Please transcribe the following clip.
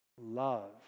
Love